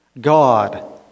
God